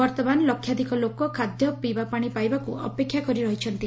ବର୍ତ୍ତମାନ ଲକ୍ଷାଧିକ ଲୋକ ଖାଦ୍ୟ ପିଇବା ପାଶି ପାଇବାକୁ ଅପେକ୍ଷା କରି ରହିଛନ୍ତି